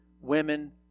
women